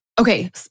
Okay